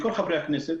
קשה,